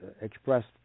expressed